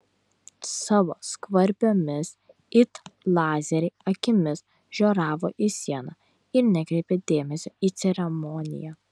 savo skvarbiomis it lazeriai akimis žioravo į sieną ir nekreipė dėmesio į ceremoniją